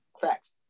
Facts